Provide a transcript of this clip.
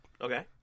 Okay